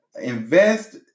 invest